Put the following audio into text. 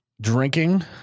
drinking